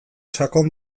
sakon